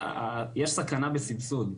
יש סכנה בסבסוד.